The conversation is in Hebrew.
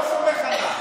לא סומך עליו.